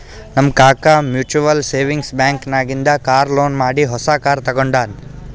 ನಮ್ ಕಾಕಾ mutual savings bank ನಾಗಿಂದೆ ಕಾರ್ ಲೋನ್ ಮಾಡಿ ಹೊಸಾ ಕಾರ್ ತಗೊಂಡಾನ್